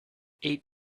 eight